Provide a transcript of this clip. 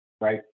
right